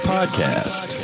Podcast